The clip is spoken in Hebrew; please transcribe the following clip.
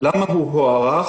למה הוא הוארך,